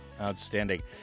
Outstanding